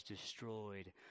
destroyed